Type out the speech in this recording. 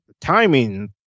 Timing